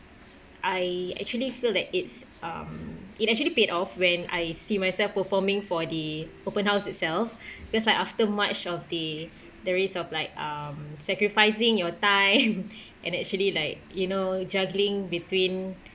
I actually feel that it's um it actually paid off when I see myself performing for the open house itself because like after much of the the risk of like um sacrificing your time and actually like you know juggling between